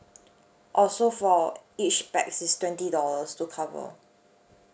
oh so for each pax is twenty dollars to cover